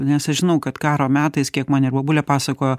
nes aš žinau kad karo metais kiek man ir bobulė pasakojo